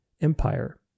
empire